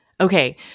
Okay